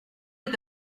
est